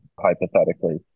hypothetically